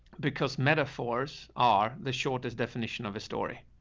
because metaphors are the shortest definition of a story,